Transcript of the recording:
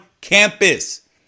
campus